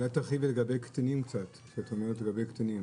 אולי תרחיבי קצת לגבי הקטינים.